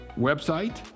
website